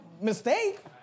mistake